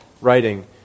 writing